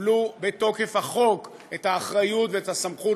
שקיבלו בתוקף החוק את האחריות ואת הסמכות,